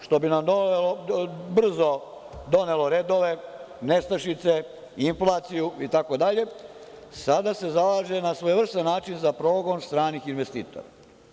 Što bi nam brzo donelo redove, nestašice, inflaciju itd. sada se zalaže na svojevrsan način za progon stranih investitora.